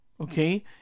okay